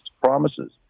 promises